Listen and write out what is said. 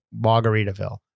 Margaritaville